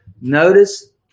Notice